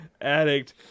Addict